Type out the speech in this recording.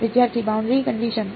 વિદ્યાર્થી boundary condition